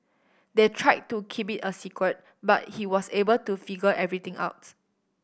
they tried to keep it a secret but he was able to figure everything out